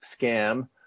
scam